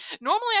normally